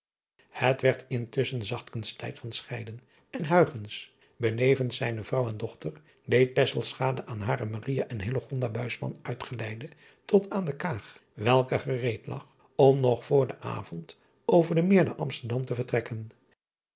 et werd intusschen zachtkens tijd van scheiden en benevens zijne vrouw en dochter deed met hare en uitgeleide tot aan de aag welke gereed lag om nog voor den avond over den eer naar msterdam te vertrekken